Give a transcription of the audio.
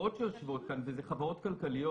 בחברות שיושבות כאן ואלו חברות כלכליות,